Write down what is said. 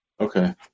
Okay